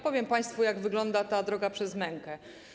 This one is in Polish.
Powiem państwu, jak wygląda ta droga przez mękę.